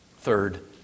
third